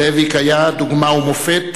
זאביק היה דוגמה ומופת,